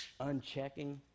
unchecking